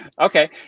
Okay